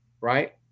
right